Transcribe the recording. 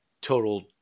total